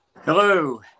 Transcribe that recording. Hello